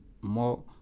more